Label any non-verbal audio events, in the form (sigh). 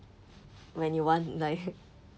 when you want like (laughs)